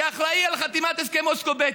שאחראי לחתימת הסכם אוסלו ב',